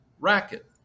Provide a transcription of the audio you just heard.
racket